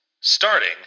Starting